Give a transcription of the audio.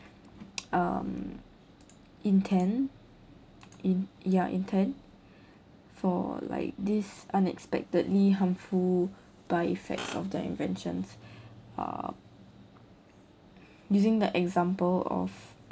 um intend in~ ya intend for like this unexpectedly harmful by effects of their inventions uh using the example of